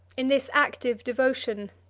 in this active devotion,